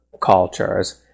cultures